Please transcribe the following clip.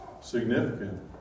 significant